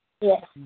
Yes